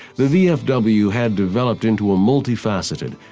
the vfw had developed into a multi-faceted,